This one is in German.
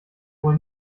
wohl